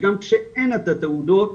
שגם אין את התעודות,